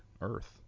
Earth